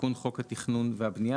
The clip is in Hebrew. תיקון חוק התכנון והבנייה,